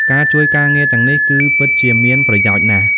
ការជួយការងារទាំងនេះ គឺពិតជាមានប្រយោជន៍ណាស់។